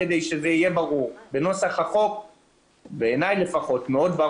לדעתי נוסח החוק ברור מאוד,